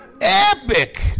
Epic